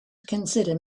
consider